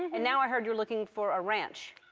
and now i heard you're looking for a ranch.